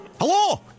Hello